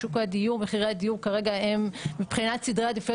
שוק הדיור ומחירי הדיור כרגע הם מבחינת סדרי עדיפויות,